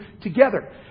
together